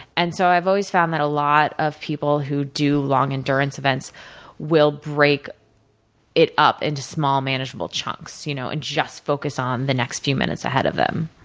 and so, i've always found that a lot of people who do long endurance events will break it up into small manageable chunks, you know and just focus on the next few minutes ahead of them.